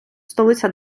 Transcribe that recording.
столиця